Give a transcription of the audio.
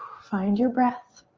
find your breath.